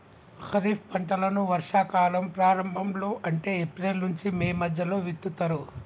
ఖరీఫ్ పంటలను వర్షా కాలం ప్రారంభం లో అంటే ఏప్రిల్ నుంచి మే మధ్యలో విత్తుతరు